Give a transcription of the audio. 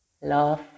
love